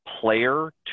player